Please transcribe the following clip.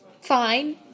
fine